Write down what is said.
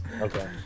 Okay